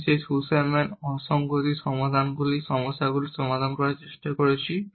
আমি সেই সুসম্যান অসঙ্গতি সমস্যাগুলি সমাধান করার চেষ্টা করছি